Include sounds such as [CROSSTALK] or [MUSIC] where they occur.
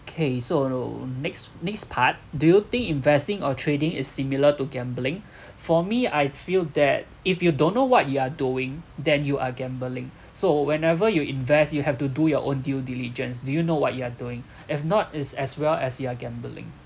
okay so loh next next part do you think investing or trading is similar to gambling [BREATH] for me I feel that if you don't know what you are doing then you are gambling so whenever you invest you have to do your own due diligence do you know what you are doing if not it's as well as you are gambling